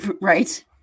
right